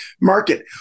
market